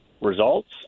results